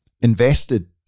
invested